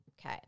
okay